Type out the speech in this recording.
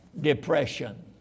Depression